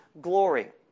glory